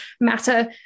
matter